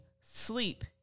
sleep